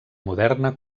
moderna